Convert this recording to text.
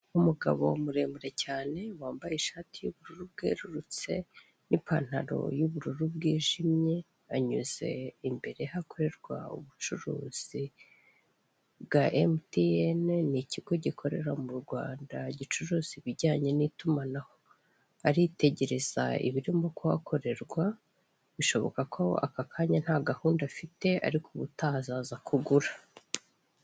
Umugabo muremure cyane wambaye ishati y'ubururu bwerurutse n'ipantalo y'ubururu bwijimye anyuze imbere y'ahakorerwa ubucuruzi bwa emutiyene, n'ikigo gikorera mu Rwanda gicuruza ibijyanye n'itumanaho aritegereza ibirimo kuhakorerwa, bishoboka ko aka kanya ntagahunda afite ariko ubutaha azaza kugura.